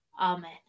Amen